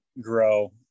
grow